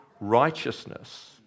righteousness